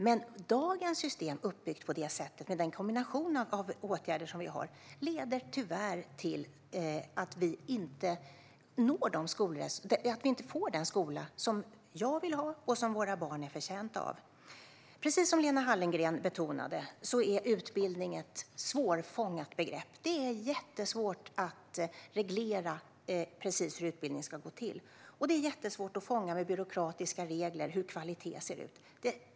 Men dagens system är uppbyggt på det sättet att det med den kombination av åtgärder som vi har tyvärr leder till att vi inte får den skola som jag vill ha och som våra barn är förtjänta av. Precis som Lena Hallengren betonade är utbildning ett svårfångat begrepp. Det är jättesvårt att reglera precis hur utbildning ska gå till, och det är jättesvårt att fånga med byråkratiska regler hur kvalitet ser ut.